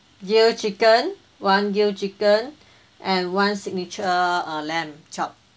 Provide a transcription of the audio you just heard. grill chicken one grill chicken and one signature uh lamb chop